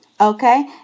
Okay